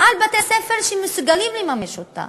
על בתי-ספר שמסוגלים לממש אותה?